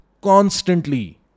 constantly